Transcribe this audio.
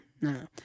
no